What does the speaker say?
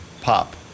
pop